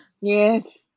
Yes